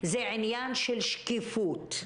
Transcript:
זה עניין של שקיפות.